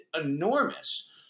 enormous